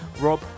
Rob